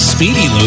Speedy